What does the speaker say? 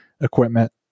equipment